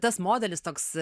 tas modelis toks